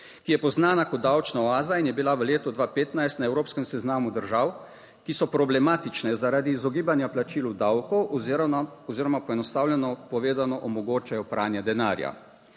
ki je poznana kot davčna oaza in je bila v letu 2015 na evropskem seznamu držav, ki so problematične zaradi izogibanja plačilu davkov oziroma, oziroma poenostavljeno povedano, omogočajo pranje denarja.